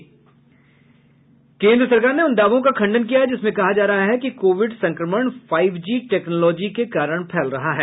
केन्द्र सरकार ने उन दावों का खंडन किया है जिसमें कहा जा रहा है कि कोविड संक्रमण फाइव जी टेक्नोलॉजी के कारण फैल रहा है